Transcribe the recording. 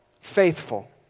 Faithful